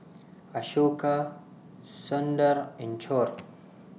Ashoka Sundar and Choor